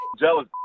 Jealous